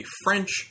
French